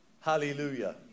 Hallelujah